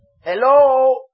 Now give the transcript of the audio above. Hello